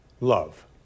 love